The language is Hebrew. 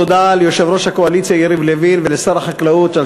תודה ליושב-ראש הקואליציה יריב לוין ולשר החקלאות על